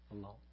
alone